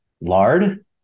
Lard